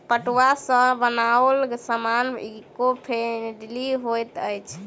पटुआ सॅ बनाओल सामान ईको फ्रेंडली होइत अछि